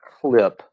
clip